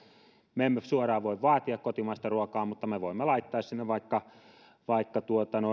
me emme suoraan voi vaatia kotimaista ruokaa mutta me voimme laittaa sinne vaikka vaikka